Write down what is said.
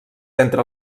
entre